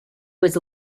was